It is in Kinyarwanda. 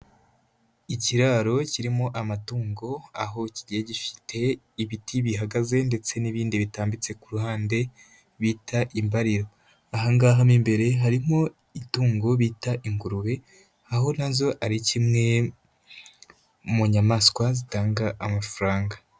Ikiraro kirimo amatungo aho kigiye gifite ibiti bihagaze ndetse n'ibindi bitambitse ku ruhande bita imbariro, aha ngaha mo imbere harimo itungo bita ingurube, aho nazo ari kimwe mu nyamaswa zitanga amafaranga.